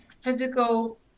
physical